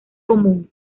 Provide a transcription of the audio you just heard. común